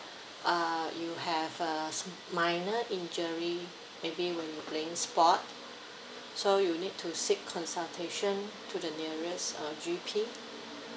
uh you have uh sm~ minor injury maybe when you're playing sport so you need to seek consultation to the the nearest uh G_P